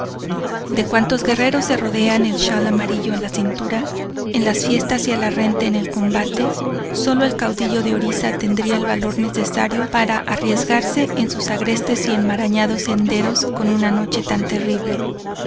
de cuantos guerreros se rodean el schal amarillo a la cintura en las fiestas y a la rente en el combate solo el caudillo de orisa tendría el valor necesario para arriesgarse en sus agrestes y enmarañados senderos con una noche tan terrible